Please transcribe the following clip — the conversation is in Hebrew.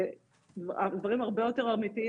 דברים הרבה יותר אמיתיים,